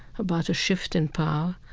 about a shift in power,